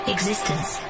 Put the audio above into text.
Existence